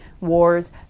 wars